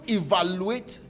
evaluate